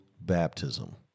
baptism